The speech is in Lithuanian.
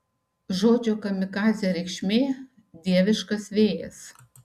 žodžio kamikadzė reikšmė dieviškas vėjas